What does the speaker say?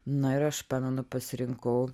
na ir aš pamenu pasirinkau